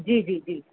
जी जी जी